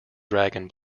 dragon